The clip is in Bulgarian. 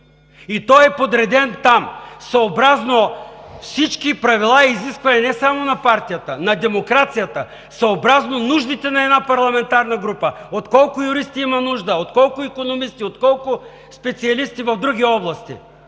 и той е подреден там, съобразно всички правила и изисквания не само на партията, на демокрацията, съобразно нуждите на една парламентарна група от колко юристи има нужда, от колко икономисти, от колко специалисти в други области.